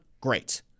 great